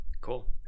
cool